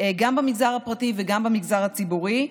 גם במגזר הפרטי וגם במגזר הציבורי.